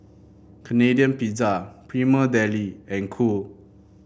Canadian Pizza Prima Deli and Cool